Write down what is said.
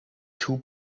two